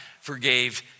forgave